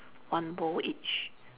one bowl each